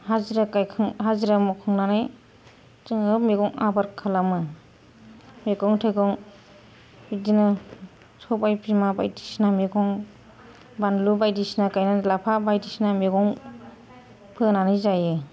हाजिरा गायखां हाजिरा मावखांनानै जोङो मैगं आबाद खालामो मैगं थाइगं बिदिनो सबाइ बिमा बायदिसिना मैगं बानलु बायदिसिना गायनानै लाफा बायदिसिना मैगं फोनानै जायो